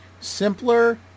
Simpler